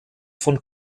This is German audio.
von